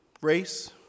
Race